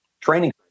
training